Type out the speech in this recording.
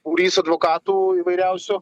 būrys advokatų įvairiausių